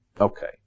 Okay